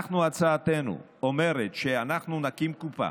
הצעתנו אומרת שאנחנו נקים קופה